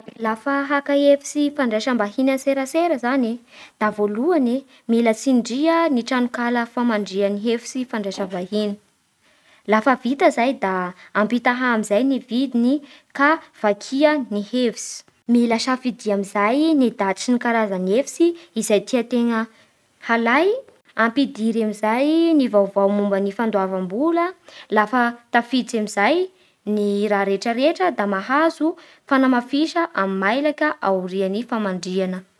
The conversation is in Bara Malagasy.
Lafa haka efitsy fandraisam-bahiny antserasera zany, da voalohany e mila tsindrian ny tranokala famandriha ny hefitsy fandraisa vahiny, lafa vita zay da ampitaha amin'izay ny vidiny ka vakia ny hevitsy, mila safidia amin'izay ny daty sy ny karazan'ny hefitsy izay tiantegna halay, ampidiry amin'izay ny vaovao momba ny fandoavam-bola lafa tafiditsy amin'izay ny raha rehetrarehetra da mahazo fanamafisa amin'ny mailaka ao aorian'ny famandriana.